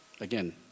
Again